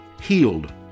healed